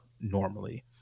normally